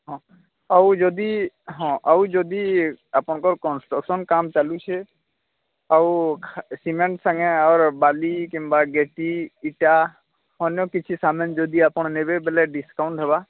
ହଁ ଆଉ ଯଦି ହଁ ଆଉ ଯଦି ଆପଣଙ୍କର କନ୍ଷ୍ଟ୍ରକସନ୍ କାମ ଚାଲୁଛି ଆଉ ସିମେଣ୍ଟ୍ ସାଙ୍ଗେ ଆଉର ବାଲି କିମ୍ବା ଗେଟି ଇଟା ଅନ୍ୟକିଛି ସାମାନ ଯଦି ଆପଣ ନେବେ ବୋଲେ ଡିସକାଉଣ୍ଟ୍ ହେବ